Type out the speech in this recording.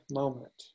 moment